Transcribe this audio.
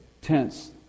tense